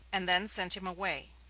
and then sent him away.